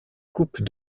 coupes